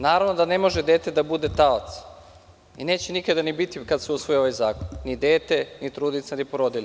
Naravno da ne može dete da bude taoc i neće nikada ni biti kada se usvoji ovaj zakon, ni dete, ni trudnica, ni porodilja.